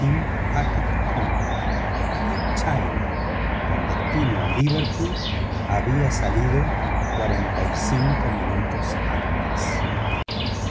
co el china con destino a liverpool había salido cuarenta y cinco minutos antes